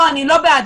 אני לא בעד.